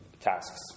tasks